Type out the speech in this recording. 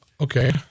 okay